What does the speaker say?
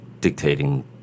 dictating